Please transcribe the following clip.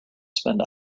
spend